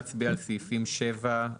הוצג לנו המודל הממשלתי של ועדה מייעצת שבה חברים